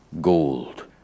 gold